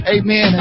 amen